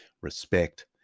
respect